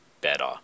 better